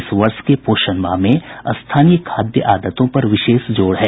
इस वर्ष के पोषण माह में स्थानीय खाद्य आदतों पर विशेष जोर है